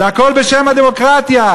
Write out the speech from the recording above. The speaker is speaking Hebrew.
והכול בשם הדמוקרטיה.